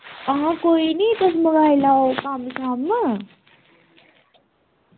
आं कोई निं तुस मुकाई लैयो कम्म